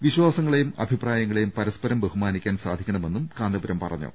വിശ്വാസങ്ങളെയും അഭിപ്രായങ്ങളെയും പരസ്പരം ബഹുമാനിക്കാൻ സാധിക്കണമെന്നും കാന്തപുരം പറഞ്ഞു